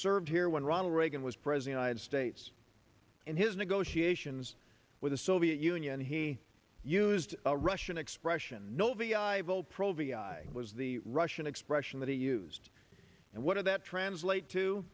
served here when ronald reagan was president i had states in his negotiations with the soviet union he used a russian expression no vi bold provia was the russian expression that he used and what of that translate to